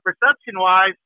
Perception-wise